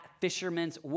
Fisherman's